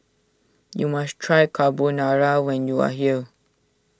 you must try Carbonara when you are here